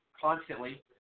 constantly